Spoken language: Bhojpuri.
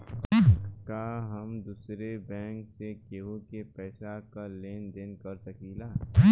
का हम दूसरे बैंक से केहू के पैसा क लेन देन कर सकिला?